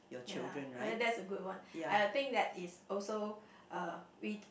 ya uh that's a good one I think that is also uh weak